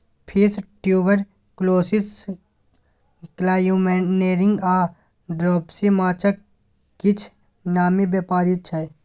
fish tuberculosis, columnaris आ dropsy माछक किछ नामी बेमारी छै